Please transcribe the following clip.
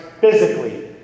physically